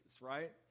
right